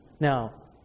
Now